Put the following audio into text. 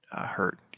hurt